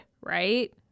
right